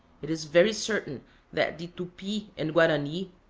it is very certain that the tupi and guarani,